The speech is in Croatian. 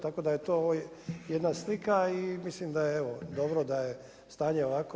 Tako da je to jedna slika i mislim da je evo dobro da je stanje ovakvo.